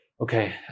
okay